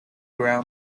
ground